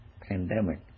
pandemic